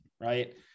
Right